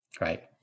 right